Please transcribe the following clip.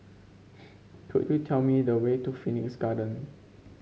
could you tell me the way to Phoenix Garden